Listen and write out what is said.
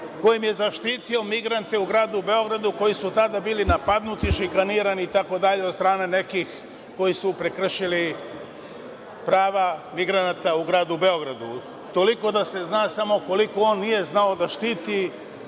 kojim je zaštitio migrante u Gradu Beogradu koji su tada bili napadnuti, šikanirani itd, od strane nekih koji su prekršili prava migranata u Gradu Beogradu. Toliko, da se zna da on nije znao da štiti